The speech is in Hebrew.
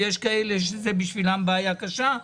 יש כאלה שזה בשבילם בעיה קשה,